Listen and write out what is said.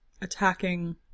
attacking